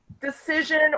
decision